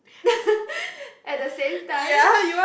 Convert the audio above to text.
at the same time